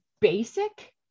basic